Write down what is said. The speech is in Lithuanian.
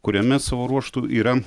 kuriame savo ruožtu yra